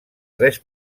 tres